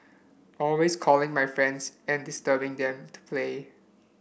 always calling my friends and disturbing them to play